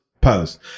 post